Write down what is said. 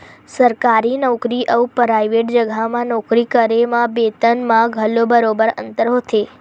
सरकारी नउकरी अउ पराइवेट जघा म नौकरी करे म बेतन म घलो बरोबर अंतर होथे